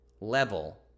level